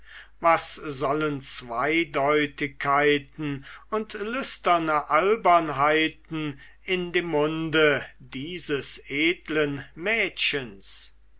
was sollen zweideutigkeiten und lüsterne albernheiten in dem munde dieses edlen mädchens